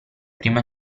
prima